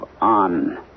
on